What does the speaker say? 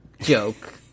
joke